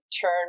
turn